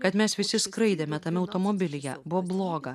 kad mes visi skraidėme tame automobilyje buvo bloga